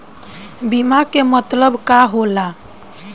बीमा के मतलब का होला?